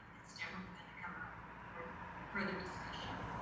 it's definitely gonna come up for further discussion.